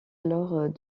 alors